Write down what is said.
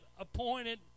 appointed